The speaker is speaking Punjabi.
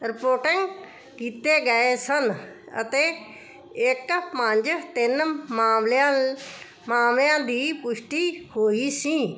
ਰਿਪੋਟਿੰਗ ਕੀਤੇ ਗਏ ਸਨ ਅਤੇ ਇੱਕ ਪੰਜ ਤਿੰਨ ਮਾਮਲਿਆਂ ਮਾਮਲਿਆਂ ਦੀ ਪੁਸ਼ਟੀ ਹੋਈ ਸੀ